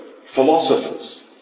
philosophers